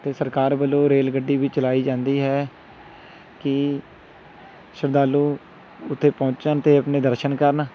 ਅਤੇ ਸਰਕਾਰ ਵੱਲੋਂ ਰੇਲ ਗੱਡੀ ਵੀ ਚਲਾਈ ਜਾਂਦੀ ਹੈ ਕਿ ਸ਼ਰਧਾਲੂ ਉੱਥੇ ਪਹੁੰਚਣ ਅਤੇ ਆਪਣੇ ਦਰਸ਼ਨ ਕਰਨ